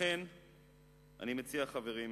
לכן אני מציע, חברים,